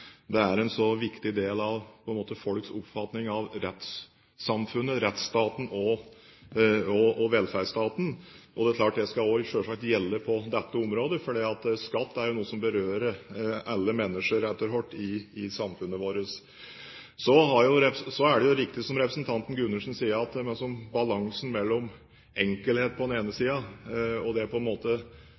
det er en så viktig del av folks oppfatning av rettssamfunnet, rettsstaten og velferdsstaten. Det er klart at det selvsagt også skal gjelde på dette området, for skatt er jo noe som berører alle mennesker etter hvert i samfunnet vårt. Det er riktig, som representanten Gundersen sier, at det er en balanse her mellom enkelhet på den ene siden og slik det på en måte